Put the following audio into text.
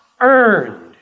earned